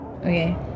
Okay